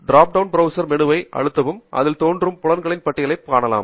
இந்த drop down மெனுவை அழுத்தவும் அதில் தோன்றும் புலங்களின் பட்டியலைக் காணலாம்